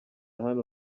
hano